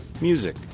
music